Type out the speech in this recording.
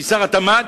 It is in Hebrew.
משר התעשייה,